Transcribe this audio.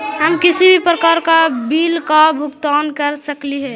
हम किसी भी प्रकार का बिल का भुगतान कर सकली हे?